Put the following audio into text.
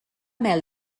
mel